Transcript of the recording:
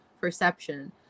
perception